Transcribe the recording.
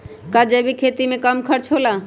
का जैविक खेती में कम खर्च होला?